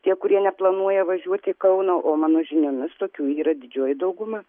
tie kurie neplanuoja važiuoti į kauną o mano žiniomis tokių yra didžioji dauguma